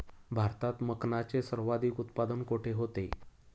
भारतात मखनाचे सर्वाधिक उत्पादन कोठे होते?